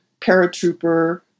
paratrooper